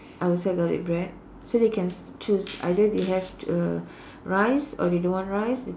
I will sell garlic bread so they can choose either they have uh rice or they don't want rice